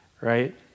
right